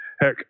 Heck